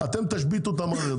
אתם תשביתו את המערכת,